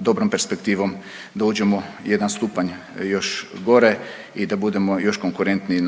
dobrom perspektivom da uđemo jedan stupanj još gore i da budemo još konkurentniji